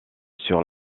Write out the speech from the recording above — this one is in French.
sur